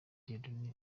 dieudoné